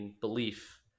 belief